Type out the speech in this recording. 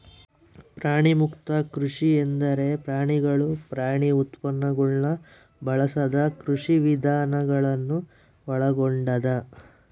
ಪ್ರಾಣಿಮುಕ್ತ ಕೃಷಿ ಎಂದರೆ ಪ್ರಾಣಿಗಳು ಪ್ರಾಣಿ ಉತ್ಪನ್ನಗುಳ್ನ ಬಳಸದ ಕೃಷಿವಿಧಾನ ಗಳನ್ನು ಒಳಗೊಂಡದ